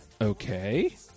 Okay